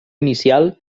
inicial